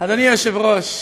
אדוני היושב-ראש,